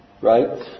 right